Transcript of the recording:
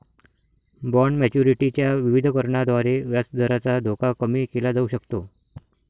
bond maturity च्या विविधीकरणाद्वारे व्याजदराचा धोका कमी केला जाऊ शकतो